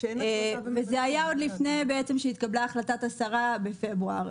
וזה היה עוד לפני שהתקבלה החלטת השרה בפברואר,